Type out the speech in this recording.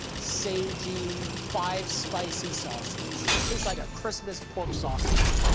sage-y, five spice-y sausage. it tastes like a christmas pork sausage.